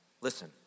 Listen